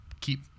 keep